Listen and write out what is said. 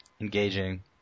engaging